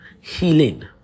healing